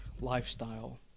lifestyle